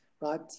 right